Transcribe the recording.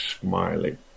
Smiley